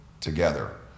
together